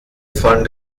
von